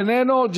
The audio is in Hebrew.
אינו נוכח,